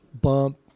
bump